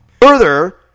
Further